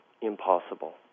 impossible